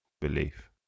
belief